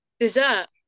Dessert